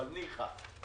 אבל ניחא.